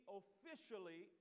officially